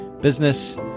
business